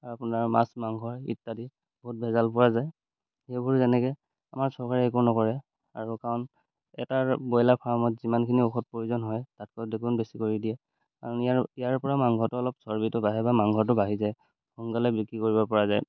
আৰু আপোনাৰ মাছ মাংস ইত্যাদি বহুত ভেজাল পোৱা যায় সেইবোৰ যেনেকৈ আমাৰ চৰকাৰে একো নকৰে আৰু কাৰণ এটাৰ ব্ৰইলাৰ ফাৰ্মত যিমানখিনি ঔষধ প্ৰয়োজন হয় তাতকৈ দুগুন বেছি কৰি দিয়ে কাৰণ ইয়াৰ ইয়াৰ পৰা মাংসটো অলপ চৰ্বিটো বাঢ়ে বা মাংসটো বাঢ়ি যায় সোনকালে বিক্ৰী কৰিব পৰা যায়